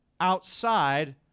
outside